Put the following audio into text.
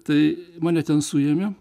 tai mane ten suėmė